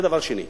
זה דבר שני.